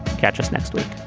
catch us next week